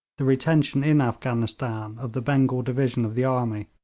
the retention in afghanistan of the bengal division of the army.